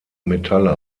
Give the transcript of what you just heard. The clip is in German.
metalle